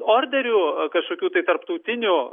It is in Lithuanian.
orderiu kažkokiu tai tarptautiniu